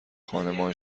خانمان